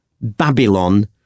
babylon